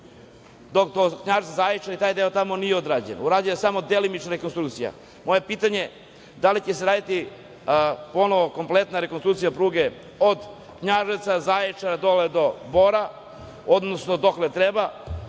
dok od Knjaževca do Zaječara nije urađeno. Urađena je samo delimična rekonstrukcija. Moje pitanje – da li će se raditi ponovo kompletna rekonstrukcija pruge od Knjaževca, Zaječara, dole do Bora, odnosno dokle treba